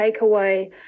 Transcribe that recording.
takeaway